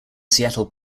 seattle